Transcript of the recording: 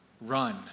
run